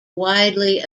widely